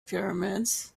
pyramids